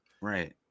Right